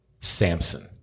Samson